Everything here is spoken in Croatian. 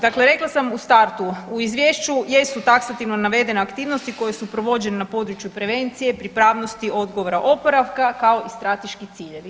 Dakle, rekla sam u startu, u Izvješću jesu taksativno navedene aktivnosti koje su provođene na području prevencije, pripravnosti, odgovora, oporavka, kao i strateški ciljevi.